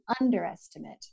underestimate